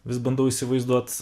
vis bandau įsivaizduot